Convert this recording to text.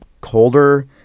colder